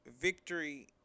victory